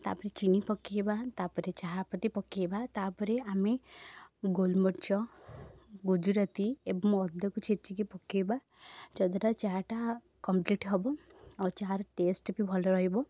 ତା'ପରେ ଚିନି ପକେଇବା ତା'ପରେ ଚାହା ପତି ପକେଇବା ତା'ପରେ ଆମେ ଗୋଲମରିଚ ଗୁଜୁରାତି ଏବଂ ଅଦାକୁ ଛେଚିକି ପକେଇ ବା ଯାଦ୍ୱାରା ଚାହାଟା କମ୍ପଲିଟ୍ ହେବ ଆଉ ଚାହାର ଟେଷ୍ଟ ବି ଭଲ ରହିବ